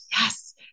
yes